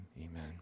amen